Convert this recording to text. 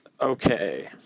Okay